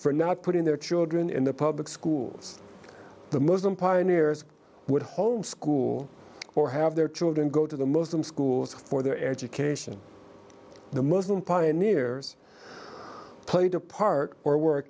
for not putting their children in the public schools the muslim pioneers would homeschool or have their children go to the muslim schools for their education the muslim pioneers played a part or were